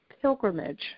pilgrimage